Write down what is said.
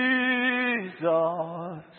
Jesus